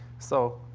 so,